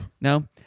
no